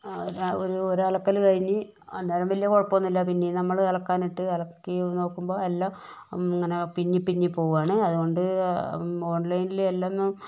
ഒരു ഒരലക്കൽ കഴിഞ്ഞ് അന്നേരം വലിയ കുഴപ്പമൊന്നുമില്ല പിന്നെ നമ്മള് അലക്കാനിട്ട് അലക്കി നോക്കുമ്പോൾ എല്ലാം ഇങ്ങനെ പിന്നി പിന്നി പോവാണ് അതുകൊണ്ട് ഓൺലൈനിൽ എല്ലാ ഒന്നും